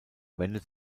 wendet